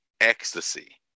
ecstasy